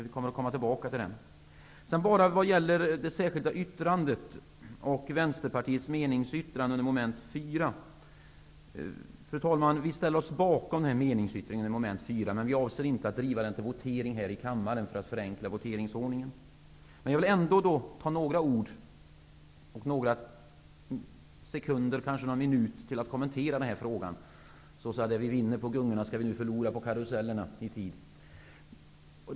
Vi kommer att återkomma till den frågan. Vad gäller Vänsterpartiets meningsyttring rörande moment 4 ställer vi oss bakom denna, men vi avser inte att driva den till votering här i kammaren för att förenkla voteringsordningen. Men jag vill ändå ta några sekunder eller kanske minuter till att med några ord kommentera denna fråga. Det vi vinner på gungorna skall vi förlora på karusellen.